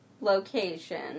location